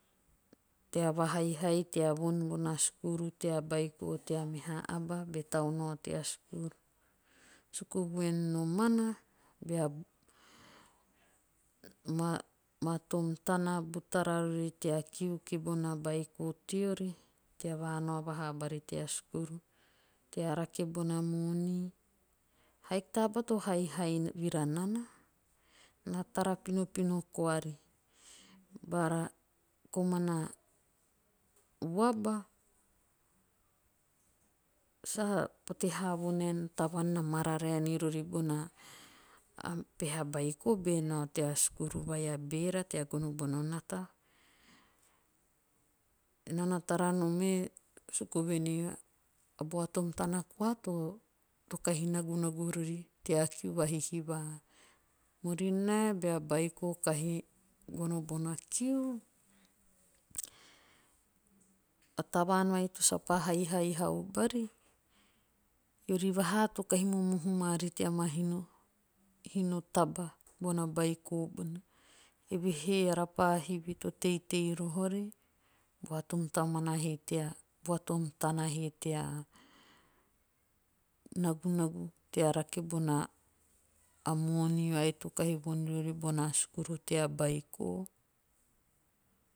Tea va haihai tea von bona skuru tea beiko tea meha aba. be tau nao tea skuru. Suku voen nomana. bea ma ma tom tana butara rori tea kiu kibona baiko teori. tea vanao vahaa bari tea skuru. ttea rake bona moni. haiki ta aba to haihai vira nana. na tara pinopino kaari. Bara komana vuaba. sa pote haa vonaen tavaan na mararae nirori bona beiko be nao tea skuru vai a beera tea gono bono nata. Enaa na tara nom me. suku voen ei a buatom tana to kahi nagunagu rori tea kiu vahihiva. Murinae bea beiko kahi gono bona kiu. a tavaan vai to sapa haihai haau bari. eori vaha to kahi momohu maari tea ma hino. taba bona beiko bona. Eve he eara pa hivi. to teitei roho ori bua tea nagunagu tea rake bona moni vai to kahi von riori bona skuru tea beiko.